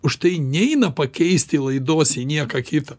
užtai neina pakeisti laidos į nieką kitą